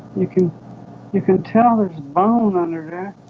you can you can tell there's bones under